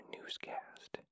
Newscast